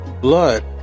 blood